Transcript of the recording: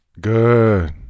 Good